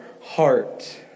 heart